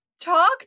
talk